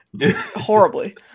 horribly